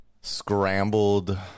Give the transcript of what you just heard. scrambled